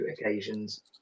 occasions